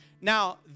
Now